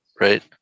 right